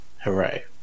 Hooray